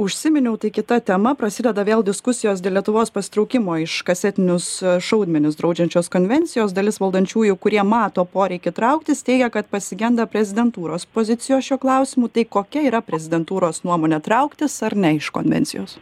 užsiminiau tai kita tema prasideda vėl diskusijos dėl lietuvos pasitraukimo iš kasetinius šaudmenis draudžiančios konvencijos dalis valdančiųjų kurie mato poreikį trauktis teigia kad pasigenda prezidentūros pozicijos šiuo klausimu tai kokia yra prezidentūros nuomonė trauktis ar ne iš konvencijos